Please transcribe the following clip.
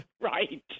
right